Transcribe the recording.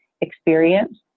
experience